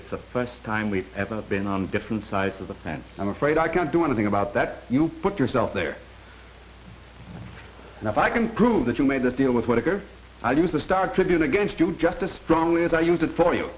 it's the first time we've ever been on different sides of the fence i'm afraid i can't do anything about that you put yourself there and if i can prove that you made this deal with whatever i do with the star tribune against you just a strong as i used it for you